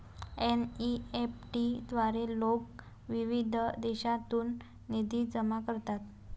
NEFT द्वारे लोक विविध देशांतून निधी जमा करतात